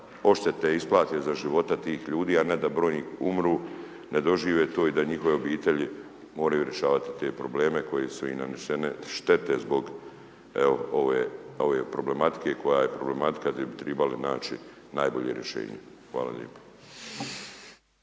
odštete isplate za života tih ljudi, a ne da brojni umru, ne dožive to i da njihove obitelji moraju rješavati te probleme, koje su im nanesene štete zbog, evo ove problematike, koja je problematika gdje bi trebali naći najbolje rješenje. Hvala lijepo.